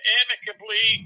amicably